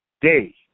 day